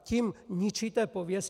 Tím ničíte pověst.